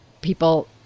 people